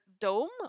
dome